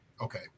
Okay